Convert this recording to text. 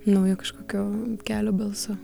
naujo kažkokio kelio balsu